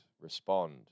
respond